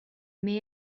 might